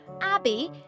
Abby